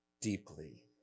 deeply